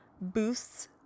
boosts